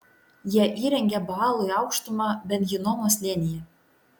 jie įrengė baalui aukštumą ben hinomo slėnyje